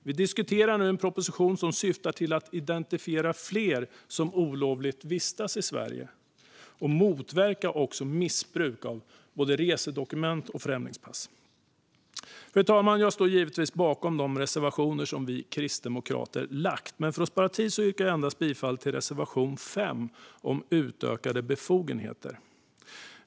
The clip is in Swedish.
Vi diskuterar nu en proposition som syftar till att identifiera fler som olovligt vistas i Sverige och att motverka missbruk av både resedokument och främlingspass. Fru talman! Jag står givetvis bakom de reservationer som vi kristdemokrater har lagt fram, men för att spara tid yrkar jag endast bifall till reservation 5 om utökade befogenheter.